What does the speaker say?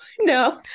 no